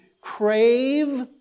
crave